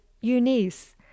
eunice